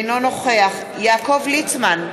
אינו נוכח יעקב ליצמן,